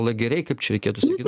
lageriai kaip čia reikėtų sakyt